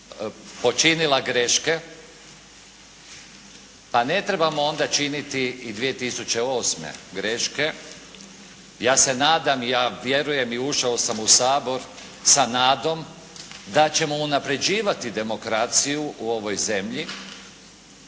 počinila greške, pa ne trebamo onda činiti i 2008. greške. Ja se nadam i ja vjerujem i ušao sam u Sabor sa nadom da ćemo unapređivati demokraciju u ovoj zemlji,